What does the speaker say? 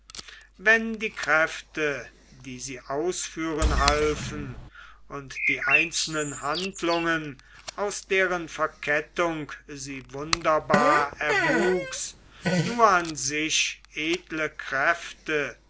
wenn die kräfte die sie ausführen halfen und die einzelnen handlungen aus deren verkettung sie wunderbar erwuchs nur an sich edle kräfte